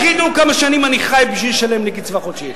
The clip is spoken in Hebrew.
איך ידעו כמה שנים אני חי כדי לשלם לי קצבה חודשית?